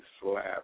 slap